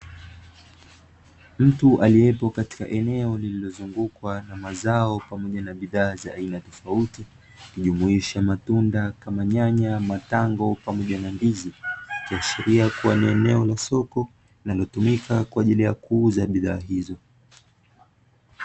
Mtu aliyepo katika eneo lililozungukwa na mazao pamoja na bidhaa za aina tofauti, ikijumuisha matunda kama nyanya, matango pamoja na ndizi, ikiashiria kuwa ni eneo la soko linalotumika kwa ajili ya kuuza bidhaa hizo.